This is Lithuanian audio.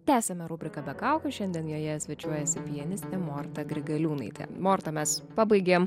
tęsiame rubriką be kaukių šiandien joje svečiuojasi pianistė morta grigaliūnaitė morta mes pabaigėm